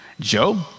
Job